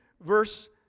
verse